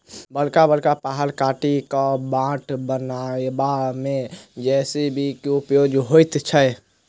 बड़का बड़का पहाड़ काटि क बाट बनयबा मे जे.सी.बी के उपयोग होइत छै